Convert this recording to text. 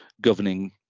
governing